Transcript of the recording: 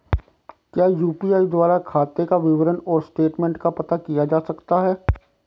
क्या यु.पी.आई द्वारा खाते का विवरण और स्टेटमेंट का पता किया जा सकता है?